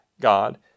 God